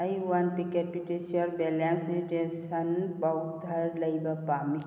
ꯑꯩ one packet PediaSure balance nutrition powder ꯂꯩꯕ ꯄꯥꯝꯃꯤ